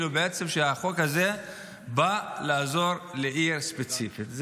בעצם החוק הזה בא לעזור לעיר ספציפית.